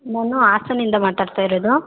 ನಾನು ಹಾಸನ್ ಇಂದ ಮಾತಾಡ್ತ ಇರೋದು